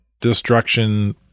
destruction